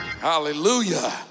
Hallelujah